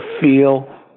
feel